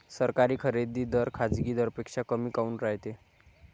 सरकारी खरेदी दर खाजगी दरापेक्षा कमी काऊन रायते?